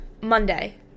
Monday